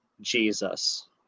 Jesus